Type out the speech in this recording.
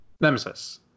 Nemesis